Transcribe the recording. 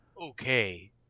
Okay